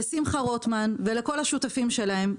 לשמחה רוטמן ולכל השותפים שלהם,